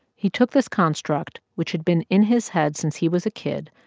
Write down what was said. he took this construct which had been in his head since he was a kid,